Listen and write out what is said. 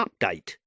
update